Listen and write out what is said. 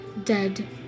dead